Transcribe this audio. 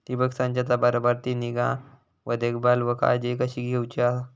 ठिबक संचाचा बराबर ती निगा व देखभाल व काळजी कशी घेऊची हा?